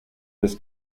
this